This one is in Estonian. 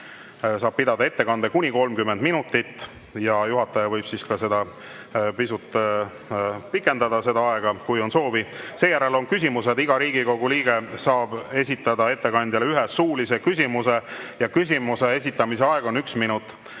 Kõve pidada ettekande kuni 30 minutit ja juhataja võib seda aega pisut pikendada, kui on soovi. Seejärel on küsimused. Iga Riigikogu liige saab esitada ettekandjale ühe suulise küsimuse ja küsimuse esitamise aeg on üks minut.